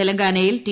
തെലങ്കാനയിൽ ടി